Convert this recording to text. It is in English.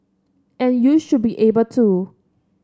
and you should be able to